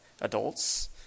Adults